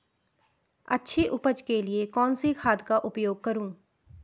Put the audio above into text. अच्छी उपज के लिए कौनसी खाद का उपयोग करूं?